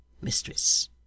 mistress